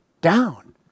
down